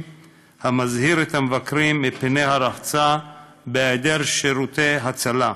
המזהיר את המבקרים מפני הרחצה בהיעדר שירותי הצלה,